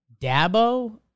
Dabo